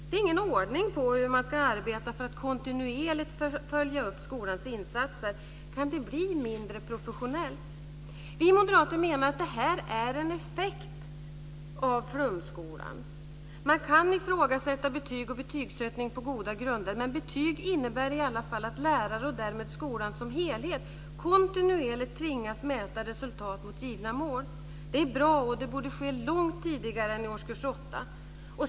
Det är ingen ordning på hur man ska arbeta för att kontinuerligt följa upp skolans insatser. Kan det bli mindre professionellt? Vi moderater menar att det här är en effekt av flumskolan. Man kan ifrågasätta betyg och betygssättning på goda grunder, men betyg innebär i alla fall att lärare och därmed skolan som helhet kontinuerligt tvingas mäta resultat mot givna mål. Det är bra, och det borde ske långt tidigare än i årskurs 8.